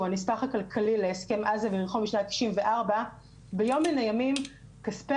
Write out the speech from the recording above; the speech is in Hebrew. שהוא הנספח הכלכלי להסכם עזה משנת 94' ביום מן הימים כספי